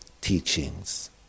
teachings